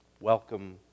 Welcome